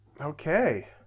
Okay